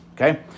okay